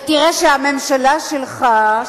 ותראה שהממשלה שלך,